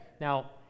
Now